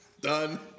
Done